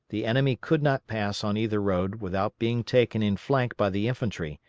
the enemy could not pass on either road without being taken in flank by the infantry,